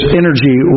energy